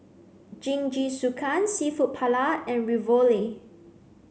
Jingisukan Seafood Paella and Ravioli